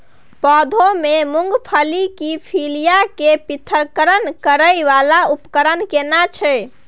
पौधों से मूंगफली की फलियां के पृथक्करण करय वाला उपकरण केना छै?